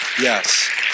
yes